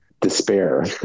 despair